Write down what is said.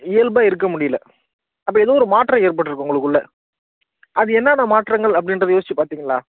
இயல்பாக இருக்க முடியல அப்போ எதோ மாற்றம் ஏற்பட்டிருக்கு உங்களுக்குள்ள அது என்னென்ன மாற்றங்கள் அப்படின்றத யோசிச்சு பார்த்தீங்களா